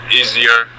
easier